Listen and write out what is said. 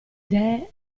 idee